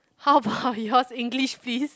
how about yours English please